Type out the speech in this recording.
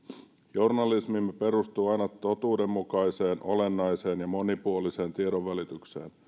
journalismimme perustuu aina totuudenmukaiseen olennaiseen ja monipuoliseen tiedonvälitykseen